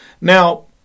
Now